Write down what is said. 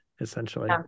essentially